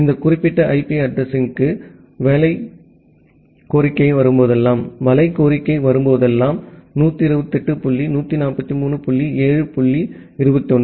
இந்த குறிப்பிட்ட IP addressing க்கு வலை கோரிக்கை வரும்போதெல்லாம் 128 டாட் 143 டாட் 7 டாட் 21